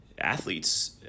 Athletes